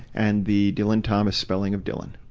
and the dylan thomas spelling of dylan.